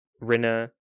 Rina